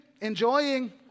enjoying